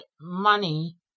money